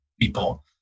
people